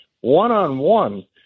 One-on-one